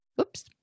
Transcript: Oops